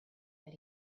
that